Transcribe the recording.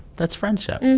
that's friendship